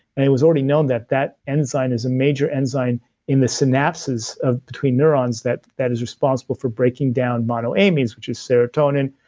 and it was already known that that enzyme is a major enzyme in the synapsis between neurons that that is responsible for breaking down monoamines, which is serotonin,